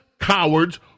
cowards